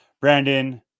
Brandon